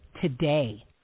today